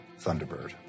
Thunderbird